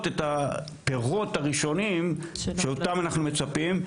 את הפירות הראשונים שאותם אנחנו מצפים.